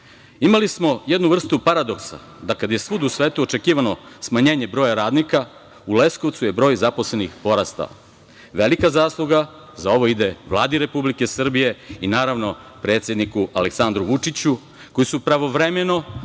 Imali smo jednu vrstu paradoksa, da kad je svugde u svetu očekivano smanjenje broja radnika u Leskovcu je broj zaposlenih porastao. Velika zasluga za ovo ide Vladi Republike Srbije i, naravno, predsedniku Aleksandru Vučiću, koji su pravovremeno,